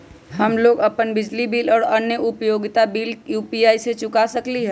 हम लोग अपन बिजली बिल और अन्य उपयोगिता बिल यू.पी.आई से चुका सकिली ह